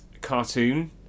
cartoon